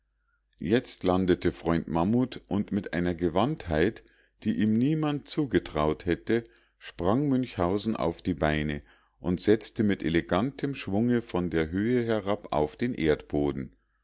jetzt landete freund mammut und mit einer gewandtheit die ihm niemand zugetraut hätte sprang münchhausen auf die beine und setzte mit elegantem schwunge von der höhe herab auf den erdboden